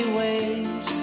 ways